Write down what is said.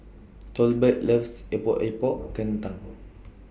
Tolbert loves Epok Epok Kentang